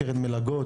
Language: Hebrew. קרן מלגות,